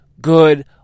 good